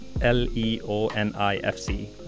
L-E-O-N-I-F-C